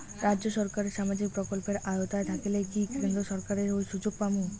রাজ্য সরকারের সামাজিক প্রকল্পের আওতায় থাকিলে কি কেন্দ্র সরকারের ওই সুযোগ পামু?